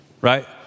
right